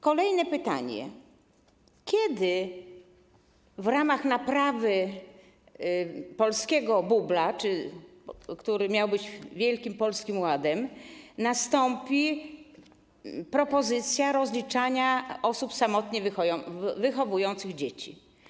Kolejne pytanie: Kiedy w ramach naprawy polskiego bubla, który miał być wielkim Polskim Ładem, pojawi się propozycja rozliczania osób samotnie wychowujących dzieci?